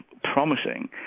promising